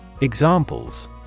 examples